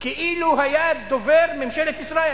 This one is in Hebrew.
כאילו היה דובר ממשלת ישראל.